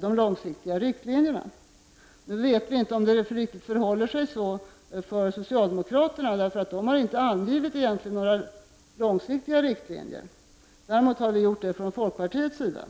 de långsiktiga riktlinjerna. Nu vet vi inte om det förhåller sig så för socialdemokraterna, som inte har angivit några långsiktiga riktlinjer. Däremot har vi gjort det från folkpartiets sida.